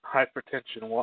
Hypertension